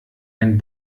kein